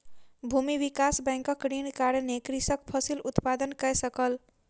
भूमि विकास बैंकक ऋणक कारणेँ कृषक फसिल उत्पादन कय सकल